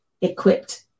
equipped